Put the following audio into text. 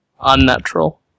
Unnatural